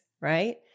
right